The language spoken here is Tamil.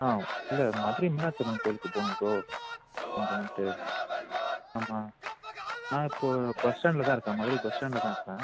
ஆ இல்லை மதுரை மீனாட்சி அம்மன் கோயிலுக்கு போகணும் ப்ரோ இங்கே வந்துவிட்டு ஆமாம் நான் இப்போ பஸ் ஸ்டாண்ட்டில தான் இருக்கேன் மதுரை பஸ் ஸ்டாண்ட்டில தான் இருக்கேன்